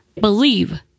Believe